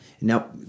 Now